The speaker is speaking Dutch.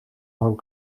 van